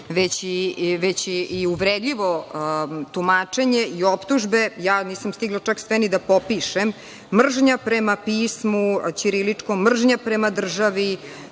već i uvredljivo tumačenje i optužbe. Nisam stigla čak ni sve da popišem, mržnja prema pismu ćiriličnom, mržnja prema državi,